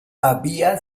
había